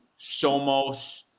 somos